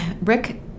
Rick